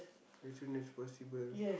as soon as possible